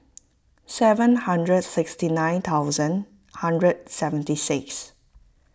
seven hundred sixty nine thousand hundred seventy six